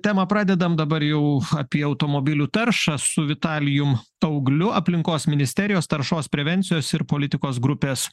temą pradedam dabar jau apie automobilių taršą su vitalijumi augliu aplinkos ministerijos taršos prevencijos ir politikos grupės